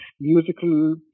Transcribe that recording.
musical